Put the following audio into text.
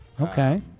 Okay